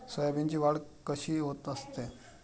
सोयाबीनची वाढ कशी होत असते?